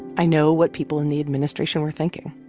i know what people in the administration were thinking.